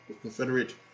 confederate